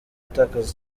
atakaza